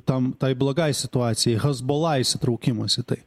tam tai blogai situacijai hezbollah įsitraukimas į tai